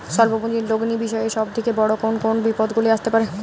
স্বল্প পুঁজির লগ্নি বিষয়ে সব থেকে বড় কোন কোন বিপদগুলি আসতে পারে?